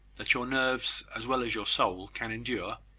that your nerves, as well as your soul, can endure?